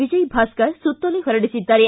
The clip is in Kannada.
ವಿಜಯಭಾಸ್ಕರ್ ಸುತ್ತೋಲೆ ಹೊರಡಿಸಿದ್ದಾರೆ